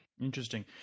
Interesting